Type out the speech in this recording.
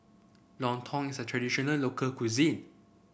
Lontong is a traditional local cuisine